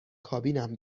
کابینم